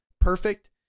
Perfect